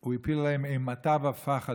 הוא הפיל עליהם "אימתה ופחד,